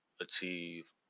achieve